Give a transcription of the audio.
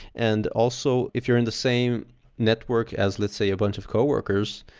and also, if you're in the same network as let's say a bunch of coworkers,